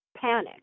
panic